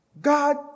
God